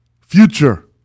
future